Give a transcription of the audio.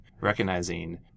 recognizing